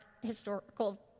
historical